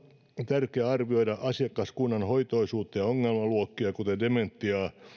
tärkeää arvioida asiakaskunnan hoitoisuutta ja ongelmaluokkia kuten dementiaa